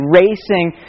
racing